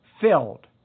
filled